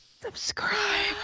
Subscribe